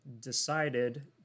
decided